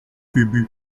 ubu